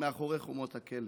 מאחורי חומות הכלא,